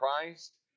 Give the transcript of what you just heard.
Christ